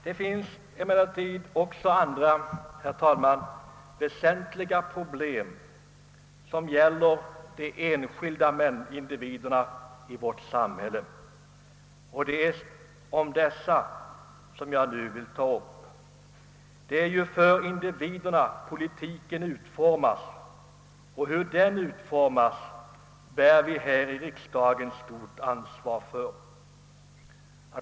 Det finns emellertid, herr talman, även andra väsentliga problem som gäller de enskilda individerna i vårt samhälle, och det är sådana problem som jag nu vill beröra. Det är ju med tanke på individerna som politiken utformas, och hur detta sker bär vi här i riksdagen stort ansvar för.